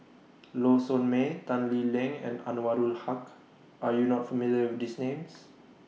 Low Sanmay Tan Lee Leng and Anwarul Haque Are YOU not familiar with These Names